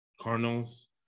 Cardinals